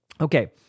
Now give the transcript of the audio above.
Okay